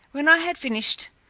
when i had finished,